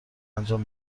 انجام